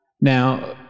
now